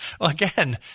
Again